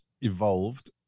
evolved